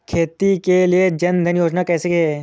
खेती के लिए जन धन योजना कैसी है?